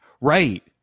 right